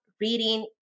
reading